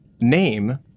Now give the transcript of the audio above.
Name